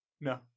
No